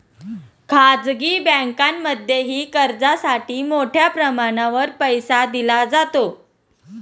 खाजगी बँकांमध्येही कर्जासाठी मोठ्या प्रमाणावर पैसा दिला जातो